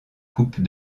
coupe